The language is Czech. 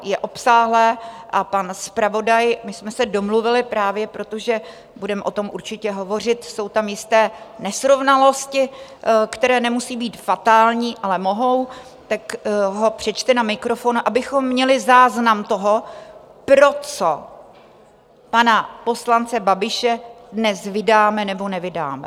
Je obsáhlé a pan zpravodaj my jsme se domluvili právě proto, že budeme o tom určitě hovořit, jsou tam určitě nesrovnalosti, které nemusí být fatální, ale mohou ho přečte na mikrofon, abychom měli záznam toho, pro co pana poslance Babiše dnes vydáme, nebo nevydáme.